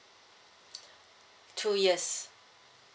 two years